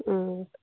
ꯑꯥ